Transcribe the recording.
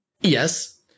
Yes